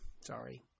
sorry